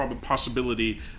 possibility